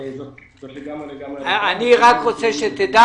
אני רוצה שתדע